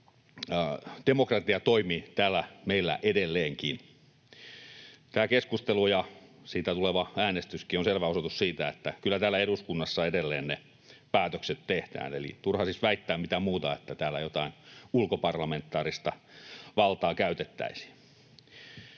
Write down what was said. Demokratia toimii täällä meillä edelleenkin. Tämä keskustelu ja siitä tuleva äänestyskin ovat selviä osoituksia siitä, että kyllä täällä eduskunnassa edelleen ne päätökset tehdään, eli on turha siis väittää mitään muuta, sitä, että täällä jotain ulkoparlamentaarista valtaa käytettäisiin.